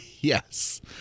Yes